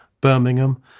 Birmingham